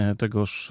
tegoż